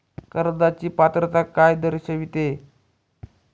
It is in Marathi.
कर्जाची पात्रता काय दर्शविते?